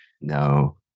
No